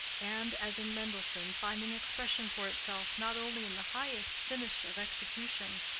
and, as in mendelssohn, finding expression for itself not only in the highest finish of execution,